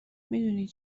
میدونی